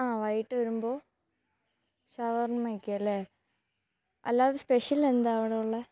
ആ വൈകിട്ട് വരുമ്പോള് ഷവർമ്മയൊക്കെ അല്ലെങ്കില് അല്ലാതെ സ്പെഷ്യൽ എന്താ അവിടെ ഉള്ളത്